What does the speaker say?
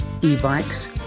e-bikes